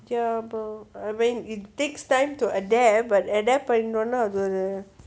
ya I mean it takes time to adapt but adapt பண்ணோனே பிரச்சனையா இருக்க தோணாது:pannone perachaniyaa irukka thoonathu